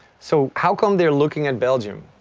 so how come they're looking at belgium?